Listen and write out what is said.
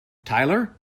tyler